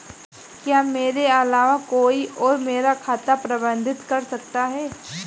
क्या मेरे अलावा कोई और मेरा खाता प्रबंधित कर सकता है?